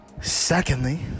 Secondly